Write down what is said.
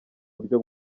buryo